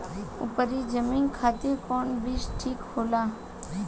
उपरी जमीन खातिर कौन बीज ठीक होला?